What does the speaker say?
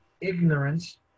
ignorance